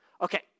Okay